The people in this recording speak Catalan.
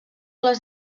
les